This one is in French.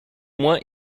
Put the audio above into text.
moins